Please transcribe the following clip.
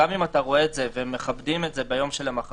גם אם אתה רואה אותן ומכבדים אותן ביום שלמחרת,